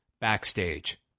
backstage